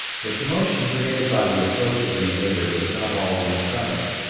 the commotion created by the approach of the invader was not all one-sided.